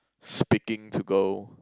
speaking to go